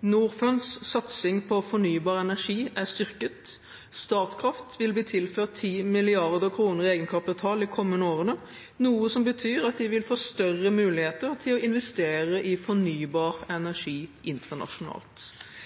Norfunds satsing på fornybar energi er styrket. Statkraft vil bli tilført 10 mrd. kr i egenkapital de kommende årene, noe som betyr at de vil få større muligheter til å investere i fornybar energi internasjonalt.